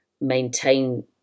maintain